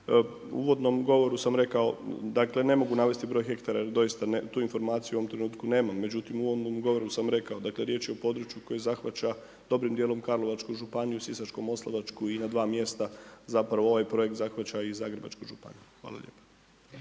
U uvodnom govoru sam rekao, dakle, ne mogu navesti broj hektara jer doista tu informaciju u ovom trenutku nemam. Međutim, u uvodnom govoru sam rekao, dakle, riječ je o području koje zahvaća dobrim dijelom Karlovačku županiju, Sisačko-moslavačku i na dva mjesta, zapravo, ovaj projekt zahvaća i Zagrebačku županiju. Hvala lijepa.